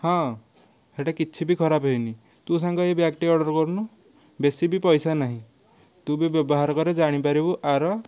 ହଁ ହେଟା କିଛିବି ଖରାପ ହେଇନି ତୁ ସାଙ୍ଗ ଏଇ ବ୍ୟାଗ୍ଟି ଅର୍ଡର କରୁନୁ ବେଶି ବି ପଇସା ନାହିଁ ତୁ ବି ବ୍ୟବହାର କରେ ଜାଣିପାରିବୁ ଏହାର କରାମତି